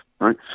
right